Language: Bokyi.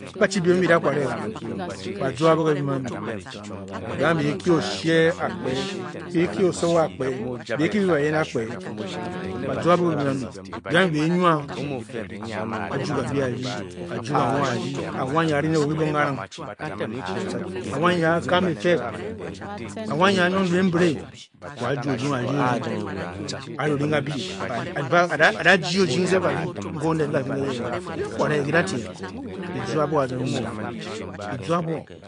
Ba chi biem mbi bi da kware ba a zuu abuo ke biem ambi biem ambi be e-kie oshie akpě. bee-kieoso akpě, be e-kie bé be ba yen akpě-ba zuu abuo ke biem ambi biem ambi be-e-nwa, a juu kabyi a-rdi, Ajuu anwa a-rdi anwa nyi nyi a-ri ne wo kibong kaga ring Anwa nyi nyi a-kam efeb, Anwa nyi nyi anyung bembire wo a-ju, o-jung a-rdi o-rding-a ri o-jing kabyi a-da jii o-jing sef kabyi nke, oned nke ka fě nke yen, ki daa-kware, kida-tiem, bi zuu abuo ke azong biem ene.